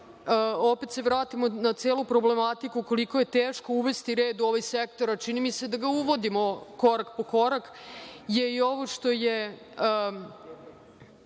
opet vratimo na celu problematiku koliko je teško uvesti red u ovaj sektor a, čini mi se, da ga uvodimo korak po korak, i ovo što je